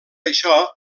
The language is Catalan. això